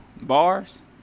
Bars